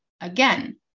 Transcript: again